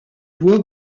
bois